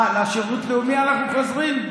אה, לשירות הלאומי אנחנו חוזרים?